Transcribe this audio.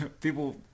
people